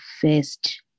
first